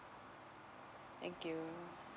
thank you